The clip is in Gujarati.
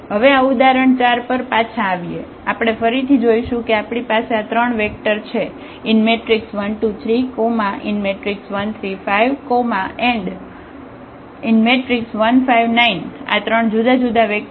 હવે આ ઉદાહરણ 4 પર પાછા આવીએ આપણે ફરીથી જોશું કે આપણી પાસે આ ત્રણ વેક્ટર છે 1 2 3 1 3 5 1 5 9 આ ત્રણ જુદા જુદા વેક્ટર છે